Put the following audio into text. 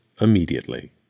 immediately